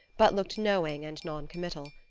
but looked knowing and noncommittal.